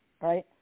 Right